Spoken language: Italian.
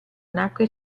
nacque